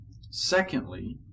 Secondly